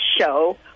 show